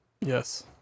Yes